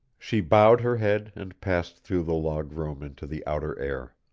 she bowed her head and passed through the log room into the outer air.